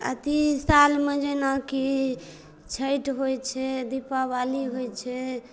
अथी सालमे जेनाकि छैठ होइ छै दीपावाली होइ छै